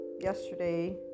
yesterday